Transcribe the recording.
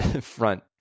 front